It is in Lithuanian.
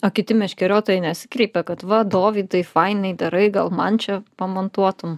o kiti meškeriotojai nesikreipia kad va dovydai fainai darai gal man čia pamontuotum